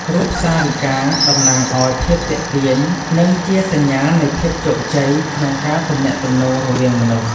រូបសារីកា តំណាងឲ្យភាពទាក់ទាញ និងជាសញ្ញានៃភាពជោគជ័យក្នុងការទំនាក់ទំនងរវាងមនុស្ស។